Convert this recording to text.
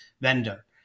vendor